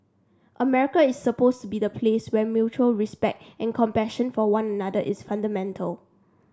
America is supposed to be the place where mutual respect and compassion for one another is fundamental